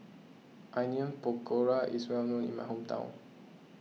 Onion Pakora is well known in my hometown